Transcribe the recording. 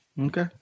Okay